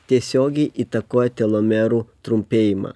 tiesiogiai įtakoja telomerų trumpėjimą